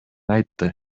айтты